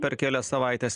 per kelias savaites